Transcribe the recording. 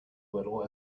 little